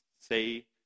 say